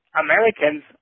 Americans